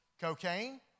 cocaine